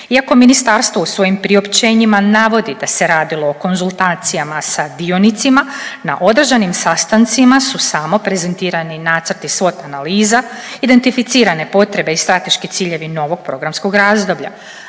Iako Ministarstvo u svojim priopćenjima navodi da se radilo o konzultacijama sa dionicima na održanim sastancima su samo prezentirani nacrti … analiza, identificirane potrebe i strateški ciljevi novog programskog razdoblja.